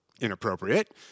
inappropriate